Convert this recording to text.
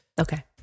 Okay